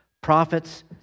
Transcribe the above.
prophets